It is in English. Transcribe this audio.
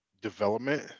development